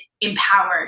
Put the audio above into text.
empowered